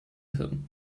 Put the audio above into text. him